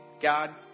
God